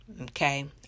Okay